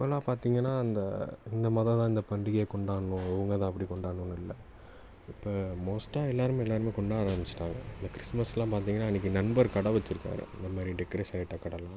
இப்போல்லாம் பார்த்தீங்கன்னா அந்த இந்த மதம் தான் இந்தப் பண்டிகையை கொண்டாடணும் இவங்க தான் அப்படி கொண்டாடணுன்னு இல்லை இப்போ மோஸ்ட்டாக எல்லோருமே எல்லோருமே கொண்டாட ஆரம்பிச்சுட்டாங்க இந்த கிறிஸ்மஸ்லாம் பார்த்தீங்கன்னா அன்றைக்கி நண்பர் கடை வச்சிருக்காங்க அந்த மாதிரி டெக்கரேஷன் ஐட்டம் கடைலாம்